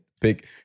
pick